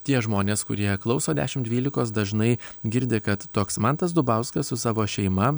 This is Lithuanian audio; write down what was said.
tie žmonės kurie klauso dešim dvylikos dažnai girdi kad toks mantas dubauskas su savo šeima